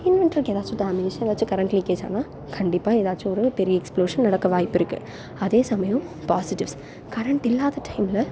இன்வெண்ட்ருக்கு ஏதாச்சும் டேமேஜ் ஏதாச்சும் current leakage ஆனால் கண்டிப்பாக ஏதாச்சும் ஒரு பெரிய எக்ஸப்ளோஷன் நடக்க வாய்ப்பு இருக்குது அதே சமயம் பாஸிடிவ்ஸ் கரண்ட் இல்லாத டைமில்